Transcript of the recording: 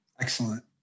Excellent